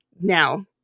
Now